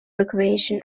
recreation